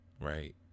right